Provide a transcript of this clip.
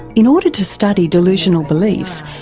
in order to study delusional beliefs,